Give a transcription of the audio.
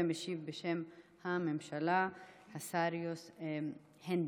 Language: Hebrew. משיב בשם הממשלה השר הנדל.